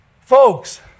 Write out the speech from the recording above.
Folks